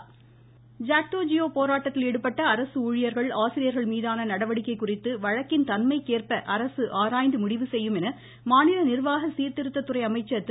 ச்ச்ச்ச்ச ஜெயக்குமார் ஜாக்டோ ஜியோ போராட்டத்தில் ஈடுபட்ட அரசு ஊழியர்கள் ஆசிரியர்கள்மீதான நடவடிக்கை குறித்து வழக்கின் தன்மைக்கேற்ப அரசு ஆராய்ந்து முடிவு செய்யும் என்று மாநில நிர்வாக சீர்திருத்தத்துறை அமைச்சர் திரு